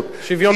למה?